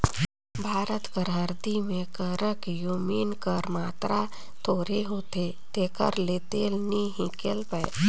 भारत कर हरदी में करक्यूमिन कर मातरा थोरहें होथे तेकर ले तेल नी हिंकेल पाए